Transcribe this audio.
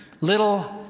Little